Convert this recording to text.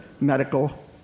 medical